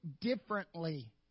differently